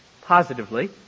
positively